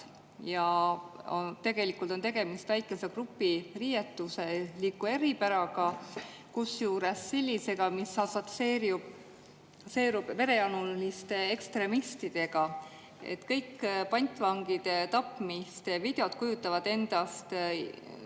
Tegelikult on tegemist väikese grupi riietusliku eripäraga, kusjuures sellisega, mis assotsieerub verejanuliste ekstremistidega. Kõik pantvangide tapmise videod kujutavad endast